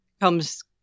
comes